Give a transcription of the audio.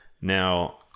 now